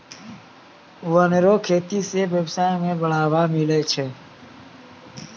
वन रो खेती से व्यबसाय में बढ़ावा मिलै छै